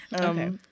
Okay